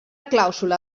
clàusula